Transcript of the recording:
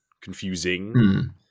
confusing